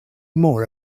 more